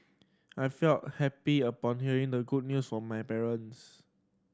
I felt happy upon hearing the good news from my parents